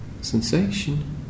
sensation